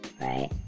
right